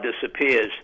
disappears